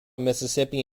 mississippi